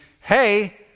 Hey